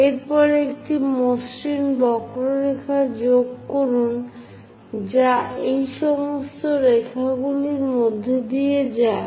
এর পরে একটি মসৃণ বক্ররেখা যোগ করুন যা এই সমস্ত রেখাগুলির মধ্য দিয়ে যায়